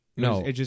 No